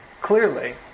clearly